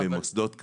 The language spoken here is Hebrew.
במוסדות כאלה.